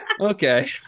Okay